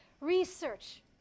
research